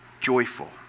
joyful